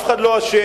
אף אחד לא אשם,